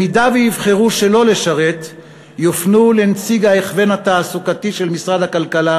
אם יבחרו שלא לשרת יופנו לנציג ההכוון התעסוקתי של משרד הכלכלה